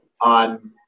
on